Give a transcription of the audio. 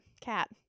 Cat